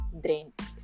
drinks